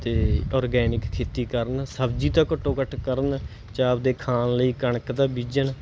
ਅਤੇ ਔਰਗੈਨਿਕ ਖੇਤੀ ਕਰਨ ਸਬਜ਼ੀ ਤਾਂ ਘੱਟੋ ਘੱਟ ਕਰਨ ਚਾਹੇ ਆਪਦੇ ਖਾਣ ਲਈ ਕਣਕ ਤਾਂ ਬੀਜਣ